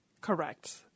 Correct